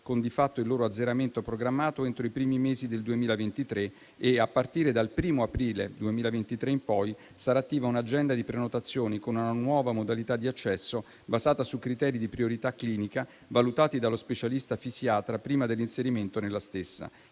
con di fatto il loro azzeramento programmato entro i primi mesi del 2023, e a partire dal primo aprile 2023 in poi sarà attiva un'agenda di prenotazione con una nuova modalità di accesso, basata su criteri di priorità clinica valutati dallo specialista fisiatra prima dell'inserimento nella stessa.